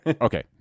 okay